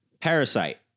Parasite